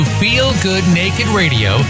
feelgoodnakedradio